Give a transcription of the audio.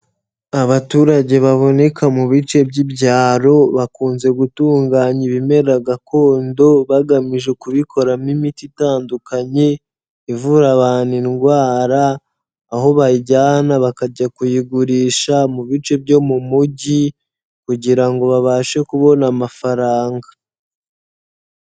Abaturage baboneka mu bice by'ibyaro bakunze gutunganya ibimera gakondo bagamijekoramo imiti itandukanye, ivura abantu indwara, aho bayijyana bakajya kuyigurisha mu bice byo mu mujyi kugira ngo babashe kubona amafaranga.